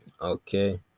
Okay